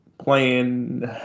playing